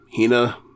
Hina